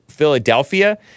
Philadelphia